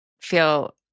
feel